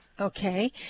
Okay